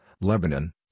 Lebanon